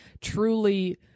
truly